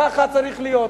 כך צריך להיות,